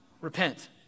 Repent